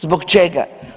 Zbog čega?